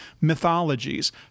mythologies